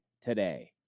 today